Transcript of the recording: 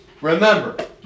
remember